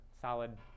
solid